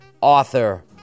author